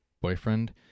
boyfriend